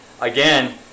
again